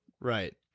right